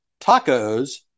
tacos